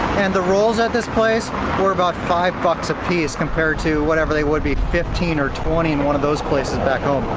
and the rolls at this place were about five bucks a piece compared to whatever they would be, fifteen or twenty in one of those places back home.